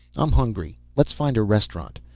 i'm hungry, let's find a restaurant.